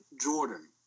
Jordan